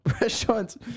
restaurants